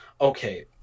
okay